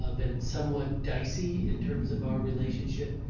ah been somewhat dicy in terms of our relationship.